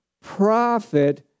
prophet